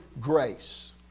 grace